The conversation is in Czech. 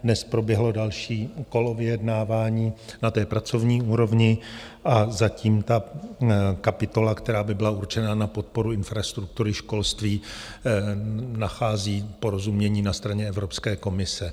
Dnes proběhlo další kolo vyjednávání na pracovní úrovni a zatím ta kapitola, která by byla určena na podporu infrastruktury školství, nachází porozumění na straně Evropské komise.